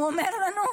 הוא אומר לנו: